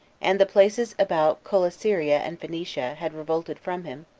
and the places about coelesyria and phoenicia, had revolted from him,